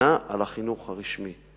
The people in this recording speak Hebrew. ההגנה על החינוך הרשמי.